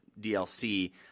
DLC